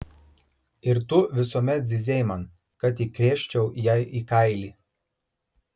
ir tu visuomet zyzei man kad įkrėsčiau jai į kailį